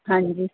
ਹਾਂਜੀ